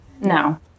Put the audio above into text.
No